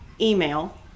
email